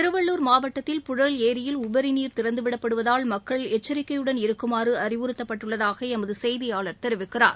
திருவள்ளுர் மாவட்டத்தில் புழல் ஏரியில் உபரி நீர் திறந்து விடப்படுவதால் மக்கள் எச்சரிக்கையுடன் இருக்குமாறு அறிவுறுத்தப்பட்டுள்ளதாக எமது செய்தியாளர் தெரிவிக்கிறார்